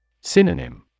Synonym